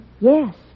Yes